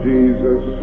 Jesus